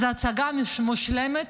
אז ההצגה מושלמת,